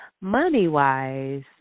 money-wise